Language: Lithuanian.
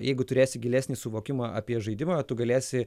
jeigu turėsi gilesnį suvokimą apie žaidimą tu galėsi